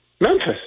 Memphis